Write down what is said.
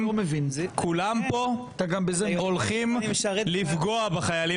כולם פה הולכים לפגוע בחיילים.